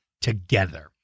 together